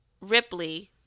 Ripley